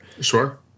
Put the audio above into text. Sure